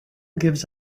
gives